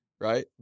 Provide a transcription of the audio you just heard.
Right